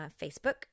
Facebook